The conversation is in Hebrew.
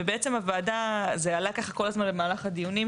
בעצם זה עלה כל הזמן במהלך הדיונים,